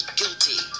guilty